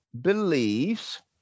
believes